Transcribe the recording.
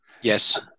Yes